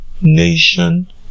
nation